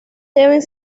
deben